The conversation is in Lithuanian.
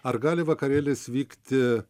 ar gali vakarėlis vykti